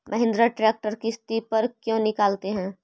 Mahindra tractor किसति पर क्यों निकालते हैं?